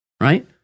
Right